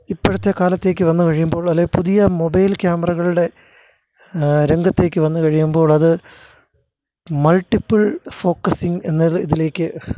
ഇപ്പോഴത്തെ കാലത്തേയ്ക്ക് വന്നുകഴിയുമ്പോൾ അല്ലേൽ പുതിയ മൊബൈല് ക്യാമറകളുടെ രംഗത്തേക്ക് വന്നുകഴിയുമ്പോൾ അത് മള്ട്ടിപ്പിള് ഫോക്കസിങ്ങ് എന്ന ഇതിലേക്ക്